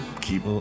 keep